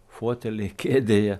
fotelyje kėdėje